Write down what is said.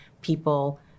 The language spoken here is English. people